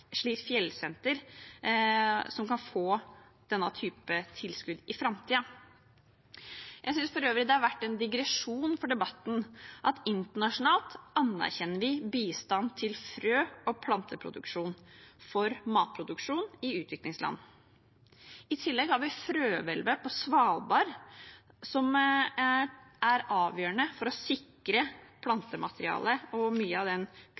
slik at fjellsenter kan få denne typen tilskudd i framtiden. Jeg synes for øvrig det har vært en digresjon for debatten at vi internasjonalt anerkjenner bistand til frø- og planteproduksjon for matproduksjon i utviklingsland, og i tillegg har vi frøhvelvet på Svalbard, som er avgjørende for å sikre plantematerialet og mye av den